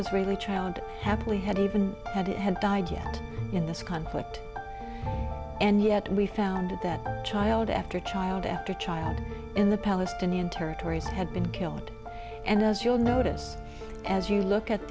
israeli try and happily had even had it had died yet in this conflict and yet we found that child after child after child in the palestinian territories had been killed and as you'll notice as you look at